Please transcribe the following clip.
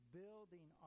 building